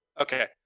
okay